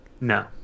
No